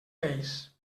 peix